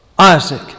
Isaac